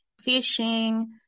fishing